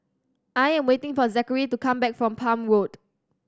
I am waiting for Zachery to come back from Palm Road